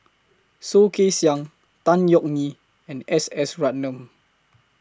Soh Kay Siang Tan Yeok Nee and S S Ratnam